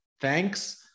thanks